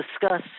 discuss